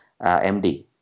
MD